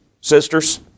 sisters